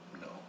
No